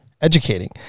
educating